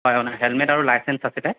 হয় হেলমেট আৰু লাইচেন্স আছিলে